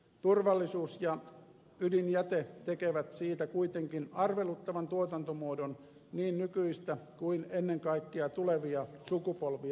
turvallisuus ja ydinjäte tekevät siitä kuitenkin arveluttavan tuotantomuodon niin nykyistä kuin ennen kaikkea tulevia sukupolvia ajatellen